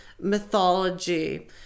mythology